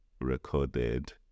recorded